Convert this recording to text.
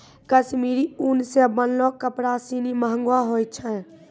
कश्मीरी उन सें बनलो कपड़ा सिनी महंगो होय छै